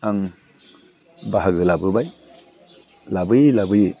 आं बाहागो लाबोबाय लाबोयै लाबोयै